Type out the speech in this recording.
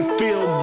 feel